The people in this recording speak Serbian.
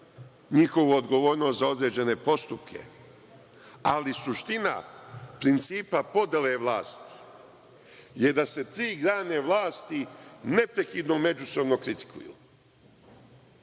njihovu odgovornost za određene postupke. Ali, suština principa podele vlasti je da se tri grane vlasti neprekidno međusobno kritikuju.